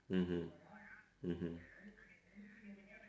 mmhmm mmhmm